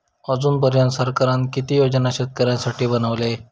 अजून पर्यंत सरकारान किती योजना शेतकऱ्यांसाठी बनवले?